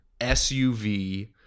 SUV